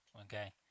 okay